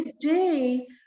Today